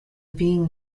being